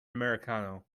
americano